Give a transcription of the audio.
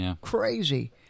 crazy